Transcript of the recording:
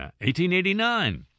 1889